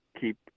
keep